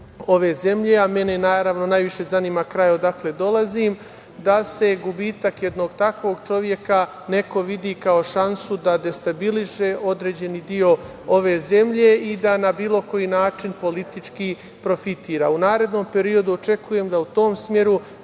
ove zemlje, a ne mene naravno najviše zanima kraj odakle dolazim, da gubitak jednog takvog čoveka neko vidi kao šansu da destabiliše određeni deo ove zemlje i da na bilo koji način politički profitira.U narednom periodu očekujem da u tom smeru